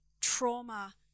trauma